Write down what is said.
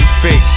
fake